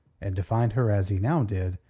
and to find her, as he now did,